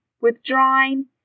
Withdrawing